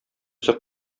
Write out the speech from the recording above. үзе